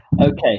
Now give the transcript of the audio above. Okay